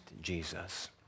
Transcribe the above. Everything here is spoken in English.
Jesus